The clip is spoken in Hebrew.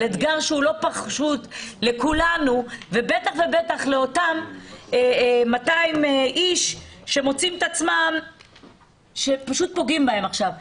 על אתגר שהוא לכולנו ובטח לאותם 200 אנשים שפשוט פוגעים בהם עכשיו.